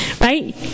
right